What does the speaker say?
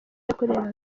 yakoreraga